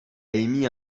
émis